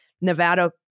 Nevada